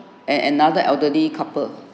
and another elderly couple